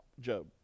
Job